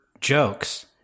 jokes